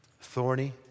thorny